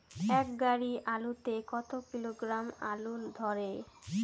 এক গাড়ি আলু তে কত কিলোগ্রাম আলু ধরে?